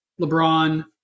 LeBron